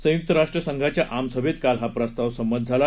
संयुक्त राष्ट्र संघाच्या आमसभेत काल हा प्रस्ताव संमत झाला